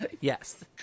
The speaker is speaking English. Yes